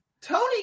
Tony